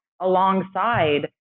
alongside